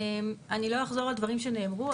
אני לא אחזור על דברים שנאמרו,